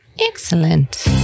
Excellent